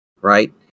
right